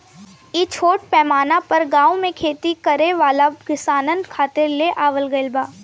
इ छोट पैमाना पर गाँव में खेती करे वाला किसानन खातिर ले आवल गईल बा